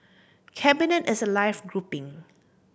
cabinet is a live grouping